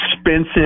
expensive